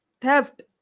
theft